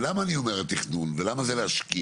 ולמה אני אומר תכנון ולמה זה להשקיע?